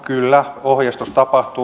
kyllä ohjeistus tapahtuu